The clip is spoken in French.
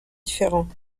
différents